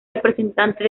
representante